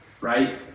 right